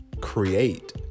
create